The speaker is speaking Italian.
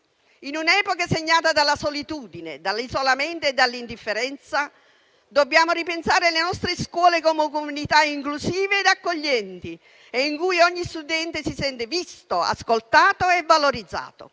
In un'epoca segnata dalla solitudine, dall'isolamento e dall'indifferenza, dobbiamo ripensare le nostre scuole come comunità inclusive e accoglienti, in cui ogni studente si sente visto, ascoltato e valorizzato.